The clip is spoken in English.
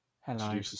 hello